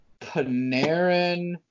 Panarin